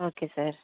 okay sir